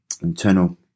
internal